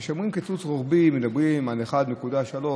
כשאומרים קיצוץ רוחבי ומדברים על 1.3%,